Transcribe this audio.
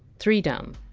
three down.